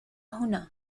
هنا